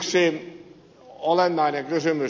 yksi olennainen kysymys